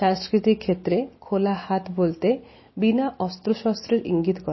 সাংস্কৃতিক ক্ষেত্রে খোলা হাত বলতে বিনা অস্ত্রশস্ত্রের ইঙ্গিত করে